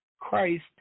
Christ